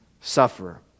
sufferer